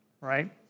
right